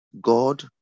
God